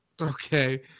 Okay